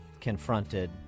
confronted